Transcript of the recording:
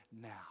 now